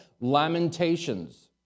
Lamentations